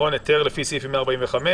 היתר לפי סעיפים 145